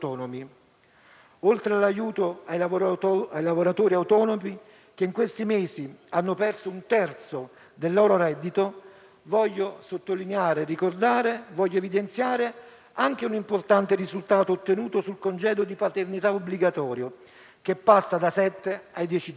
Oltre all'aiuto ai lavoratori autonomi che in questi mesi hanno perso un terzo del loro reddito, voglio sottolineare ed evidenziare anche un importante risultato ottenuto sul congedo di paternità obbligatorio, che passa da sette a dieci giorni.